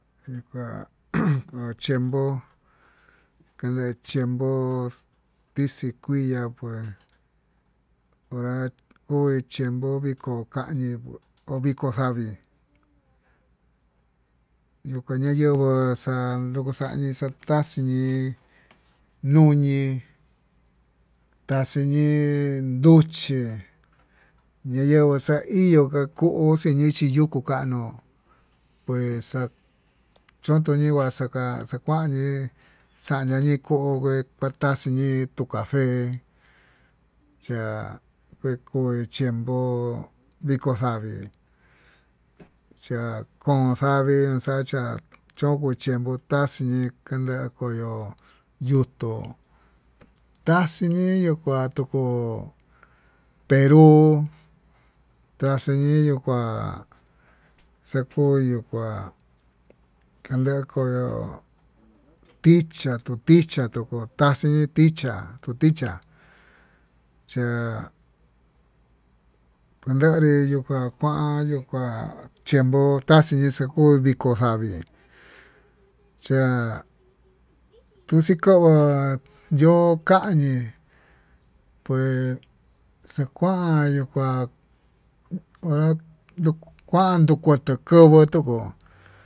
Nikua ujun ni kua chempo dificil, kele tiempo ndixgikuiá kué hora koe chiempo viko kañii ho viko xavii ñoko ña'a yenguó xa'a yukuxan taxiñii nuñii taxiñii nduchí, ñayenguó xaiyo kuu xii ñii xiyuku kano pues xa'a chondio yingua xuká kuañi xaña ñikoyi kuataxini tuu café, cha'a kue koi chiempo viko xavii chakoín xavii xachia choko tiempo chá xii kuenta koyó yuu tuu taxiniyó kua tukuu perú taxiniyo kuá xakoyu kuá kuenta koyó, ticha tuu tichá tukuu taxii ticha ticha ch'á ndanrí yuka kanyó kua chiempo taxii xakuu vikó xavii chiá tuxii kovo'o yó kanii pues xekuayu kuán hora kuanduu kuatu kovo'o tukó.